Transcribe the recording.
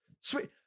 Sweet